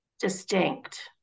distinct